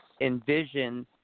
envision